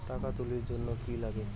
টাকা তুলির জন্যে কি লাগে?